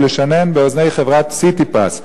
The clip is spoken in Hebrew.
ולשנן באוזני חברת "סיטיפס":